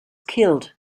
killed